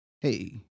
hey